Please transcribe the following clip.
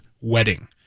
wedding